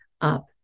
up